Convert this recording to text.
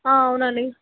అవునండి